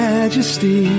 Majesty